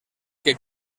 que